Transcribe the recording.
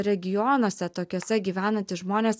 regionuose tokiuose gyvenantys žmonės